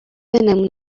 نمونهمن